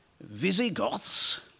Visigoths